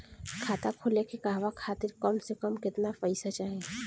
खाता खोले के कहवा खातिर कम से कम केतना पइसा चाहीं?